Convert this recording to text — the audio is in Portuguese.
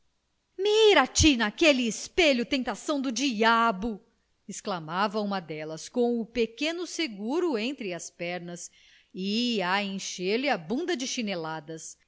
mira te naquele espelho tentação do diabo exclamava uma delas com o pequeno seguro entre as pernas a encher-lhe a bunda de chineladas